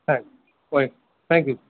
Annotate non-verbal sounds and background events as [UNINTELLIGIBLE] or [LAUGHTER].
হ্যাঁ [UNINTELLIGIBLE] thank you